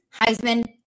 Heisman